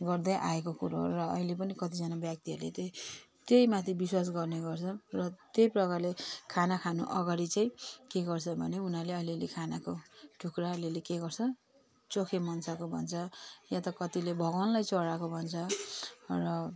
गर्दै आएको कुरो हो र अहिले पनि कतिजना व्यक्तिहरू त्यही त्यहीमाथि विश्वास गर्ने गर्छ र त्यही प्रकारले खाना खानु अगाडि चाहिँ के गर्छन् भने उनीहरूले अलिअलि खानाको टुक्रा अलिअलि के गर्छन् चोखे मन्साएको भन्छ या त कतिले भगवानलाई चढाएको भन्छ र